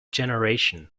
generation